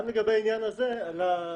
גם לגבי העניין הזה --- אני